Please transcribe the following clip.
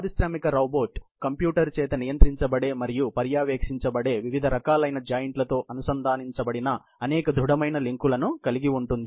పారిశ్రామిక robot computer చేత నియంత్రించబడే మరియు పర్యవేక్షించబడే వివిధ రకాలైన జాయింట్ లతో అనుసంధానించబడిన అనేక దృఢమైన లింకులను కలిగి ఉంటుంది